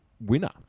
winner